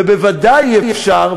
ובוודאי אי-אפשר,